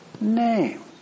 name